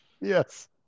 Yes